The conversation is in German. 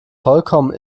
vollkommen